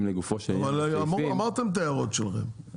לגופו של עניין -- אבל אמרתם את ההערות שלכם.